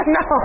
no